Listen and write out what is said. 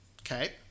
okay